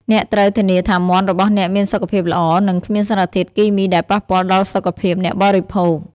អ្នកត្រូវធានាថាមាន់របស់អ្នកមានសុខភាពល្អ និងគ្មានសារធាតុគីមីដែលប៉ះពាល់ដល់សុខភាពអ្នកបរិភោគ។